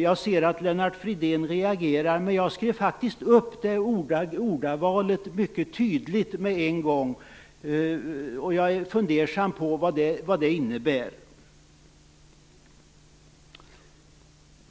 Jag ser att Lennart Fridén reagerar på det jag säger, men jag skrev faktiskt upp ordvalet mycket tydligt med en gång. Jag är fundersam över vad det innebär.